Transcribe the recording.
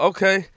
Okay